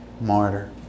Martyr